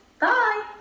Bye